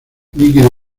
líquido